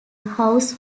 house